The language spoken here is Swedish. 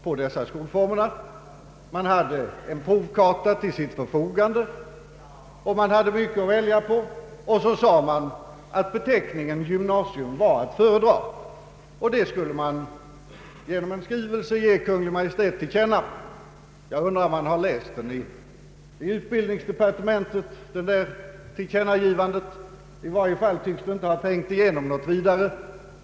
Man hade en omfattande provkarta till sitt förfogande, och man beslöt att beteckningen ”gymnasium” var att föredra. Detta skulle man genom en skrivelse ge Kungl. Maj:t till känna. Jag undrar om man i utbildningsdepartementet har läst detta tillkännagivande. I varje fall tycks det inte ha trängt igenom något vidare.